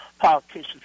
politicians